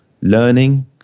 learning